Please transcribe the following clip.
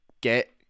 get